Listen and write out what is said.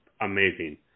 amazing